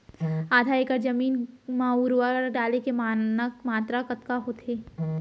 आधा एकड़ जमीन मा उर्वरक डाले के मानक मात्रा कतका होथे?